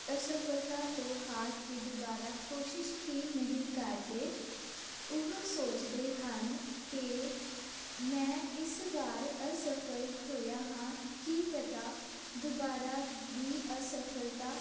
ਅਸਫਲਤਾ ਤੋਂ ਹਾਰ ਕੇ ਦੁਬਾਰਾ ਕੋਸ਼ਿਸ਼ ਹੀ ਨਹੀਂ ਕਰਦੇ ਉਹ ਸੋਚਦੇ ਹਨ ਕਿ ਮੈਂ ਇਸ ਵਾਰ ਅਸਫਲ ਹੋਇਆ ਹਾਂ ਕੀ ਪਤਾ ਦੁਬਾਰਾ ਵੀ ਅਸਫਲਤਾ